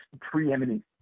preeminent